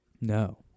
No